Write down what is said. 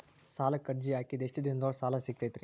ಸಾಲಕ್ಕ ಅರ್ಜಿ ಹಾಕಿದ್ ಎಷ್ಟ ದಿನದೊಳಗ ಸಾಲ ಸಿಗತೈತ್ರಿ?